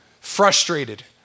frustrated